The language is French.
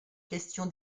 question